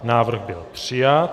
Návrh byl přijat.